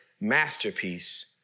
masterpiece